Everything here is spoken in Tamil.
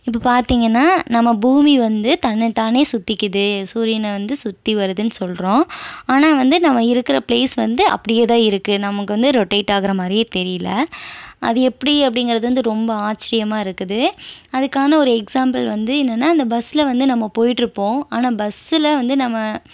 இப்போ பார்த்திங்கன்னா நம்ம பூமி வந்து தன்னை தானே சுத்திக்கிறது சூரியனை வந்து சுற்றி வருதுன்னு சொல்கிறோம் ஆனால் வந்து நம்ம இருக்கிற ப்ளேஸ் வந்து அப்படியேதான் இருக்குது நமக்கு வந்து ரொட்டேட் ஆகுற மாதிரியே தெரியல அது எப்படி அப்படிங்கறத வந்து ரொம்ப ஆச்சரியமா இருக்குது அதுக்கான ஒரு எக்ஸாம்பிள் வந்து என்னனா அந்த பஸ்ல வந்து நம்ம போயிகிட்ருப்போம் ஆனால் பஸ்ல வந்து நம்ம